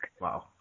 Wow